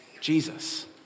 Jesus